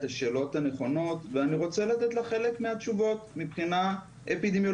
את השאלות הנכונות ואני רוצה לתת לך את התשובות מבחינה אפידמיולוגית.